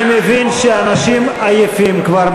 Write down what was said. אני מבין שאנשים עייפים כבר,